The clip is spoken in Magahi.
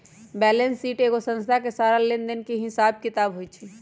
बैलेंस शीट एगो संस्था के सारा लेन देन के हिसाब किताब होई छई